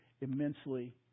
immensely